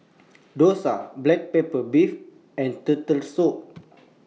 Dosa Black Pepper Beef and Turtle Soup